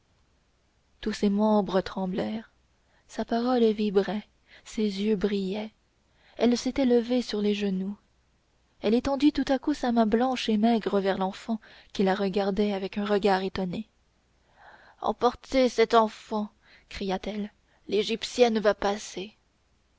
tous ses membres tremblèrent sa parole vibrait ses yeux brillaient elle s'était levée sur les genoux elle étendit tout à coup sa main blanche et maigre vers l'enfant qui la regardait avec un regard étonné emportez cet enfant cria-t-elle l'égyptienne va passer